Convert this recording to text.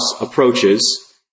approaches